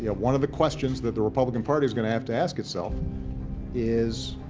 ah one of the questions that the republican party's going to have to ask itself is,